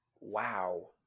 Wow